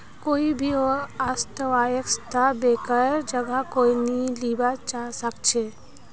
कोई भी अर्थव्यवस्थात बैंकेर जगह कोई नी लीबा सके छेक